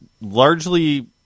largely